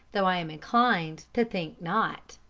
though i am inclined to think not.